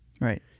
Right